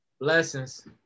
Blessings